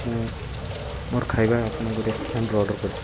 ମୁଁ ମୋର ଖାଇବା ଆପଣଙ୍କ ରେଷ୍ଟୁରାଣ୍ଟରୁ ଅର୍ଡ଼ର କରିଥିଲି